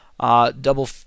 Double